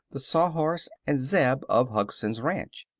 the sawhorse and zeb of hugson's ranch.